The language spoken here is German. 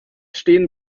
stehen